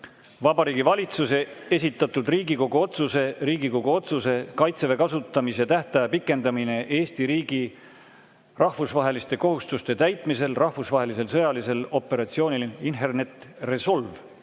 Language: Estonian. Vabariigi Valitsuse esitatud Riigikogu otsuse "Riigikogu otsuse "Kaitseväe kasutamise tähtaja pikendamine Eesti riigi rahvusvaheliste kohustuste täitmisel rahvusvahelisel sõjalisel operatsioonil Inherent Resolve"